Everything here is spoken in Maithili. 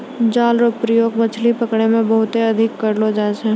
जाल रो प्रयोग मछली पकड़ै मे बहुते अधिक करलो जाय छै